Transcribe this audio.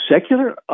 secular